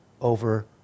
over